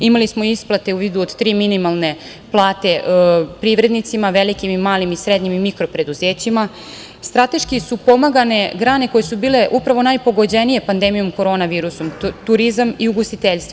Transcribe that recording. Imali smo isplate u vidu od tri minimalne plate privrednicima, velikim, malim, srednjim i mikro preduzećima, strateški su pomagane grane koje su bile upravo najpogođenije pandemijom korona virusom, turizam i ugostiteljstvo.